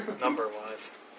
Number-wise